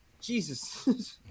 Jesus